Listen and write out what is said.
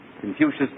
Confucius